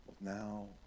now